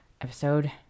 episode